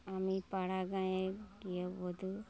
আমি পাড়া গাঁয়ের গৃহবধূ